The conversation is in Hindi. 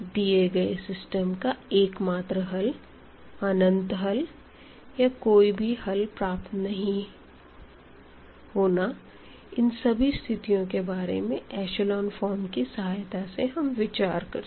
दिए गए सिस्टम का एकमात्र हल अनंत हल या कोई भी हल प्राप्त नहीं होना इन सभी स्थितियों के बारे में ऐशलों फॉर्म की सहायता से हम विचार कर सकते हैं